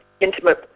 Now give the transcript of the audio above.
intimate